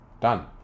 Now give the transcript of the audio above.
Done